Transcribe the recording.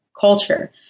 culture